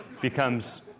becomes